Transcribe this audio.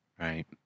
Right